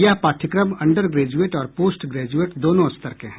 यह पाठ्यक्रम undergraduate और पोस्ट ग्रेजुएट दोनों स्तर के हैं